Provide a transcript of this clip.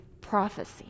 prophecy